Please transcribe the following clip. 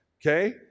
Okay